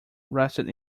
rested